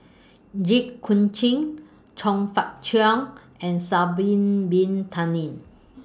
Jit Koon Ch'ng Chong Fah Cheong and Sha'Ari Bin Tadin